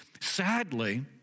sadly